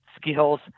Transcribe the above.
skills